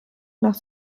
nach